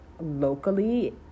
locally